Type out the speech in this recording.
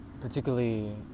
particularly